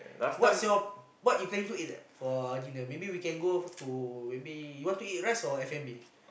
what's your what you planning to eat for dinner maybe we can go to maybe you want to eat rice or F-and-B